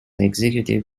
executive